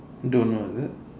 don't know is it